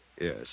Yes